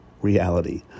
reality